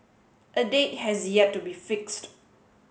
a date has yet to be fixed